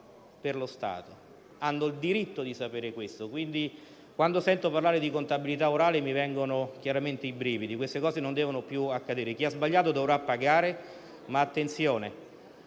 per lo Stato. Hanno il diritto di sapere questo: quindi, quando sento parlare di contabilità orale, chiaramente mi vengono i brividi. Queste cose non devono più accadere e chi ha sbagliato dovrà pagare, ma - si